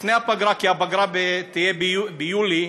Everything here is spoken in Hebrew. כי הפגרה תהיה ביולי,